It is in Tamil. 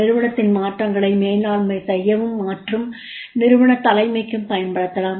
நிறுவனத்தின் மாற்றங்களை மேலாண்மை செய்யவும் மற்றும் நிறுவனத் தலைமைக்கும் பயன்படுத்தப்படலாம்